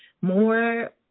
more